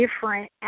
different